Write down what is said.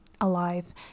alive